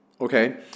Okay